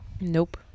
nope